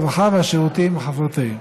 הרווחה והשירותים החברתיים.